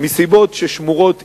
מסיבות ששמורות עמו,